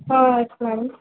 yes madam